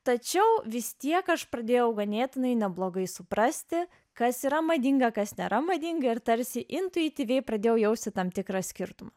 tačiau vis tiek aš pradėjau ganėtinai neblogai suprasti kas yra madinga kas nėra madinga ir tarsi intuityviai pradėjau jausti tam tikrą skirtumą